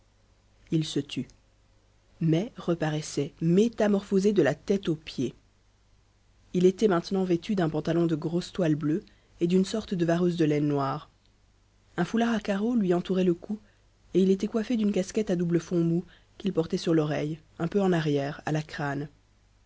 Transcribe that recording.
il se tut mai reparaissait métamorphosé de la tête aux pieds il était maintenant vêtu d'un pantalon de grosse toile bleue et d'une sorte de vareuse de laine noire un foulard à carreaux lui entourait le cou et il était coiffé d'une casquette à double fond mou qu'il portait sur l'oreille un peu en arrière à la crâne